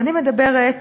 ואני מדברת